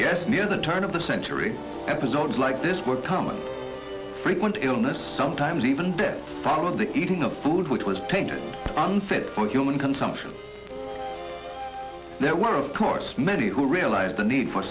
yes near the turn of the century episodes like this were common frequent illness sometimes even death follow the eating of food which was tainted unfit for human consumption there were of course many who realized the need for